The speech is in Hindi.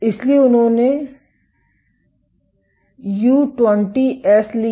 इसलिए उन्होंने यू20एस लिया